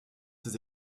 ses